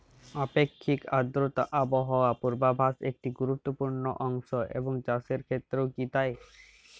আপেক্ষিক আর্দ্রতা আবহাওয়া পূর্বভাসে একটি গুরুত্বপূর্ণ অংশ এবং চাষের ক্ষেত্রেও কি তাই?